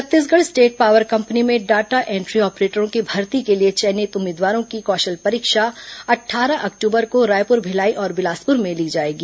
Chhattisgarh state power company में data entry ऑपरेटरों की भर्ती के लिए चयनित उम्मीदवारों की कौशल परीक्षा अट्ठारह अक्टूबर को रायपुर भिलाई और बिलासपुर में ली जाएगी